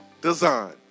Design